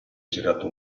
girato